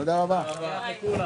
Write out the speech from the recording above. הישיבה ננעלה